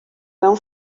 mewn